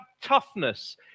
toughness